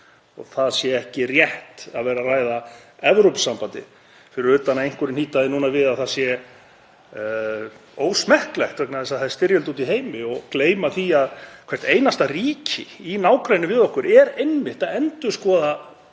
og ekki rétt að vera að ræða Evrópusambandið, fyrir utan að einhverjir hnýta því núna við að það sé ósmekklegt vegna þess að það er styrjöld úti í heimi og gleyma því að hvert einasta ríki í nágrenni við okkur er einmitt að endurskoða